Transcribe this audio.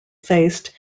faced